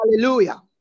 Hallelujah